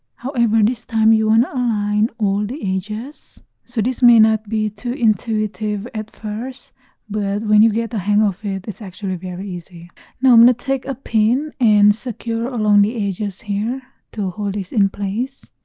however this time you want to and align all the edges so this may not be too intuitive at first but when you get the hang of it it's actually very easy now i'm going to take a pin and secure along the edges here to hold this in place